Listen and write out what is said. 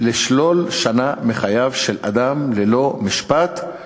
לשלול שנה מחייו של אדם ללא משפט,